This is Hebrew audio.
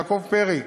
יעקב פרי?